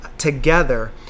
together